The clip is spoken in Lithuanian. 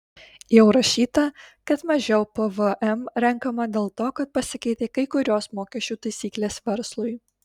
jau rašyta kad mažiau pvm renkama dėl to kad pasikeitė kai kurios mokesčių taisyklės verslui